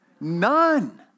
None